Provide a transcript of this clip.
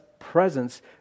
presence